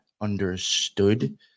understood